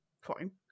fine